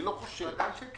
שלוש שנים